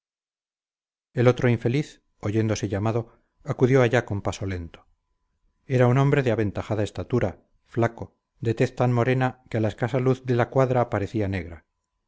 el otro infeliz oyéndose llamado acudió allá con paso lento era un hombre de aventajada estatura flaco de tez tan morena que a la escasa luz de la cuadra parecía negra